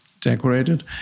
decorated